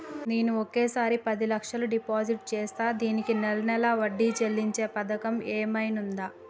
నేను ఒకేసారి పది లక్షలు డిపాజిట్ చేస్తా దీనికి నెల నెల వడ్డీ చెల్లించే పథకం ఏమైనుందా?